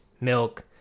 milk